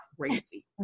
crazy